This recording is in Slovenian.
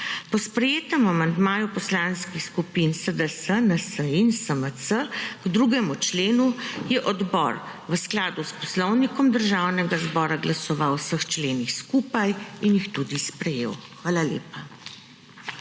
Po sprejetem amandmaju poslanskih skupin SDS, NSi in SMC k 2. členu je odbor v skladu s Poslovnikom Državnega zbora glasoval o vseh členih skupaj in jih tudi sprejel. Hvala lepa.